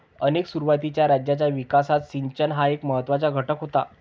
अनेक सुरुवातीच्या राज्यांच्या विकासात सिंचन हा एक महत्त्वाचा घटक होता